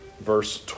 Verse